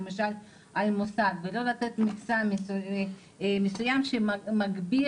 למשל על מוסד ולא לתת מכסה מסוים שמגביר